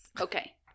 Okay